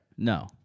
No